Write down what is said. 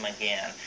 again